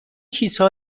چیزها